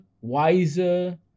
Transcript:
wiser